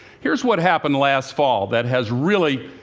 here's what happened last fall that has really